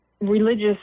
religious